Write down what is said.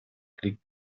krieg